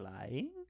lying